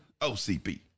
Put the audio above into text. OCP